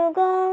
go